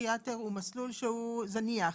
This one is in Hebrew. פשוט לא קורה היום,